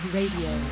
Radio